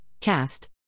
cast